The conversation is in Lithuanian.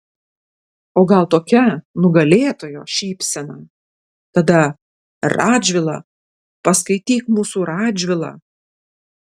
o gal tokia nugalėtojo šypsena tada radžvilą paskaityk mūsų radžvilą